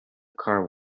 car